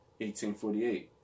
1848